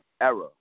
error